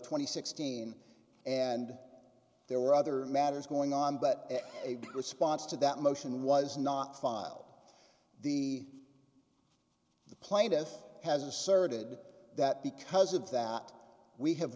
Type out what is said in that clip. and sixteen and there were other matters going on but a response to that motion was not filed the plaintiff has asserted that because of that we have